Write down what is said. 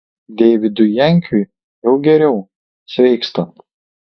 deividui jankiui jau geriau sveiksta